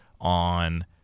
on